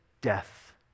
death